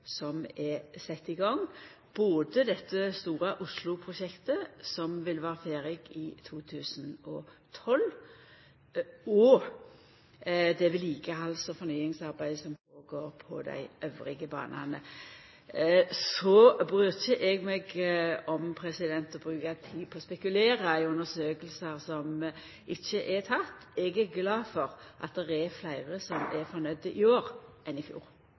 som er sett i gang, både det store Oslo-prosjektet som vil vera ferdig i 2012, og det vedlikehalds- og fornyingsarbeidet som går føre seg på dei andre banane. Så bryr ikkje eg meg om å bruka tid på å spekulera om undersøkingar som ikkje er føretekne. Eg er glad for at det er fleire som er fornøgde i år enn i fjor.